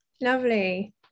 lovely